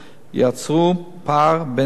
יצרו פער בין כמות